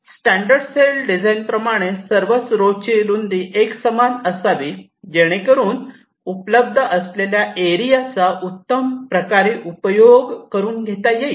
standard cell design प्रमाणे सर्वच row ची रुंदी एकसमान असावी जेणेकरून उपलब्ध असलेला एरियाचा उत्तम प्रकारे उपयोग करून घेता येईल